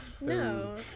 No